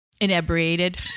inebriated